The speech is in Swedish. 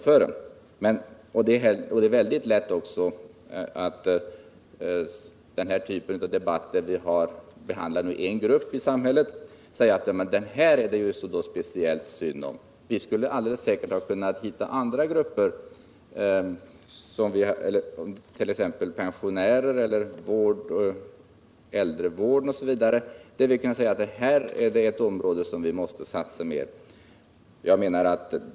När en speciell grupp i samhället debatteras, är det väldigt lätt att säga att det är synd om just den gruppen. På samma sätt skulle vi kunna diskutera pensionärernas förhållanden eller situationen inom äldrevården och säga att det är områden som vi måste satsa mer på.